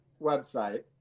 website